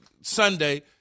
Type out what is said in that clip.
Sunday –